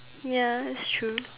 ya it's true